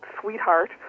sweetheart